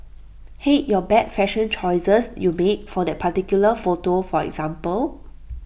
hate your bad fashion choices you made for that particular photo for example